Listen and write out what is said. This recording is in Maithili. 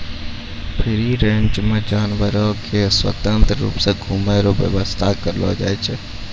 फ्री रेंज मे जानवर के स्वतंत्र रुप से घुमै रो व्याबस्था करलो जाय छै